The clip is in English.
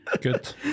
Good